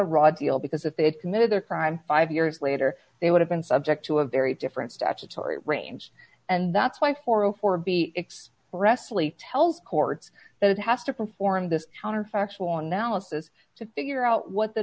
a raw deal because if they had committed their crime five years later they would have been subject to a very different statutory range and that's why for four b it's presley tells courts that it has to perform this counterfactual analysis to figure out what the